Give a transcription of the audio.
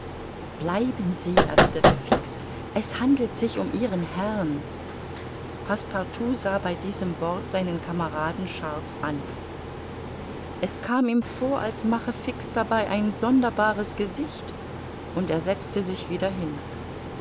bleiben sie erwiderte fix es handelt sich um ihren herrn passepartout sah bei diesem wort seinen kameraden scharf an es kam ihm vor als mache fix dabei ein sonderbares gesicht und er setzte sich wieder hin